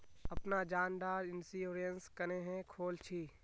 अपना जान डार इंश्योरेंस क्नेहे खोल छी?